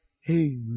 Hey